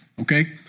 okay